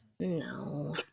no